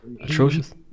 atrocious